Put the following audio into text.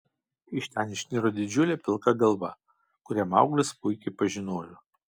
iš ten išniro didžiulė pilka galva kurią mauglis puikiai pažinojo